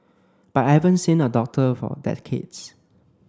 but I haven't seen a doctor for decades